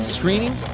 screening